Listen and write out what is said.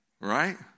Right